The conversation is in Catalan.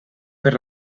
per